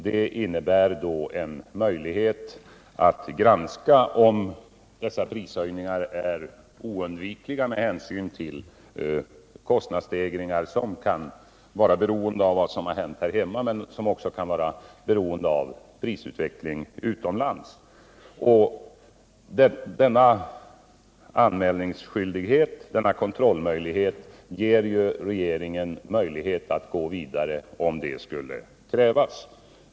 Det innebär en möjlighet att granska om dessa prishöjningar är oundvikliga med hänsyn till kostnadsstegringar, som kan vara beroende av vad som har hänt här hemma men också av prisutvecklingen utomlands. Denna anmälningsskyldighet och kontroll ger regeringen möjlighet att gå vidare om så skulle krävas.